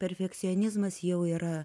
perfekcionizmas jau yra